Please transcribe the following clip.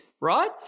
right